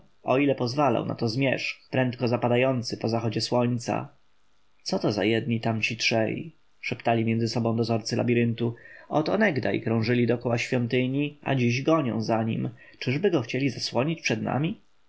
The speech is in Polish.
o ile pozwalał na to zmierzch prędko zapadający po zachodzie słońca co to za jedni tamci trzej szeptali między sobą dozorcy z labiryntu od onegdaj krążyli dokoła świątyni a dziś gonią za nim czyby go chcieli zasłonić przed nami